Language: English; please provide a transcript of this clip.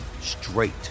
straight